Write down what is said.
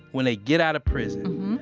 when they get out of prison.